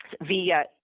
Via